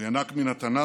הוא ינק מן התנ"ך,